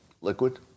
liquid